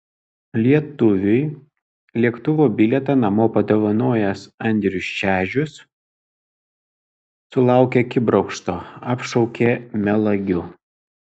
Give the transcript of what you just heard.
lietuviui lėktuvo bilietą namo padovanojęs andrius šedžius sulaukė akibrokšto apšaukė melagiu